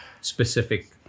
specific